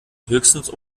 höchstens